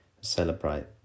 celebrate